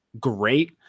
great